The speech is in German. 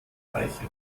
gleiche